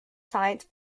science